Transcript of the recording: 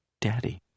Daddy